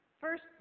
first